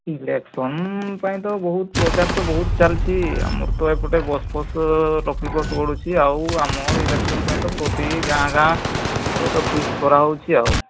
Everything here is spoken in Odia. ଇଲେକ୍ସନ୍ ପାଇଁ ତ ବହୁତ ପ୍ରଚାର ତ ବହୁତ ଚାଲିଛି ଆଉ ଆମର ତ ଏପଟେ ବସ୍ ଫସ୍ ଲକ୍ଷ୍ମୀ ବସ୍ ଗଡ଼ୁଛି ଆଉ ଆମର ଇଲେକ୍ସନ୍ ପାଇଁ ତ ପ୍ରତି ଗାଁ ଗାଁ ଏବେ ତ ଫିଷ୍ଟ୍ କରାହେଉଛି ଆଉ